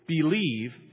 believe